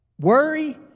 Worry